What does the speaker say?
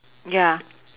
ya